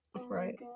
Right